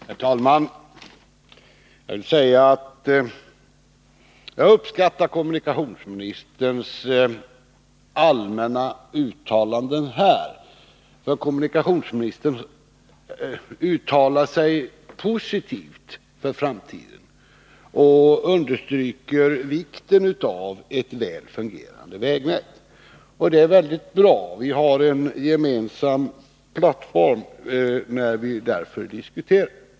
Herr talman! Jag vill framhålla att jag uppskattar kommunikationsministerns allmänna uttalanden här. Kommunikationsministern uttalar sig positivt för framtiden och understryker vikten av ett väl fungerande vägnät. Det är väldigt bra. Vi har därför en gemensam plattform när vi diskuterar.